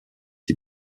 s’y